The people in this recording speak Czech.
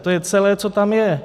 To je celé, co tam je.